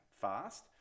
fast